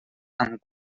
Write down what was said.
amb